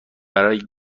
برای